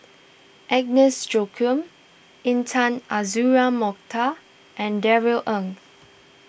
Agnes Joaquim Intan Azura Mokhtar and Darrell Ang